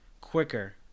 quicker